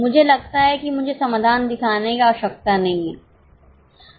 मुझे लगता है कि मुझे समाधान दिखाने की आवश्यकता नहीं है